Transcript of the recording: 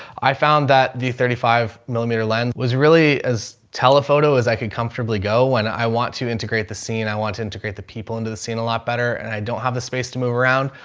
i found that the thirty five millimeter lens was really as telephoto as i could comfortably go. when i want to integrate the scene, i want to integrate the people into the scene a lot better and i don't have the space to move around.